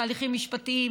תהליכים משפטיים,